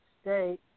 state